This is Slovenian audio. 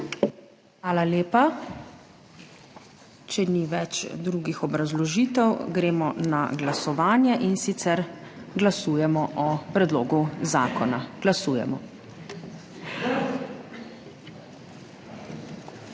Hvala lepa. Če ni več drugih obrazložitev, gremo na glasovanje, in sicer glasujemo o predlogu zakona. Glasujemo.